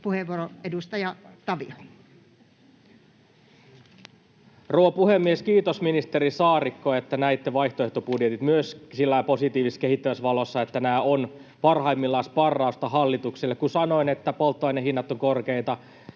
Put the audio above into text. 14:53 Content: Rouva puhemies! Kiitos, ministeri Saarikko, että näitte vaihtoehtobudjetit myös sillä lailla positiivisessa, kehittävässä valossa, että nämä ovat parhaimmillaan sparrausta hallitukselle. Kun sanoin, että polttoainehinnat ovat korkeita,